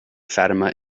fatima